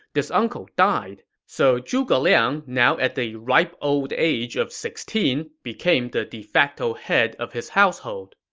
this uncle died, so zhuge liang, now at the ripe old age of sixteen, became the de facto head of his household.